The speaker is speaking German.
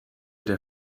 der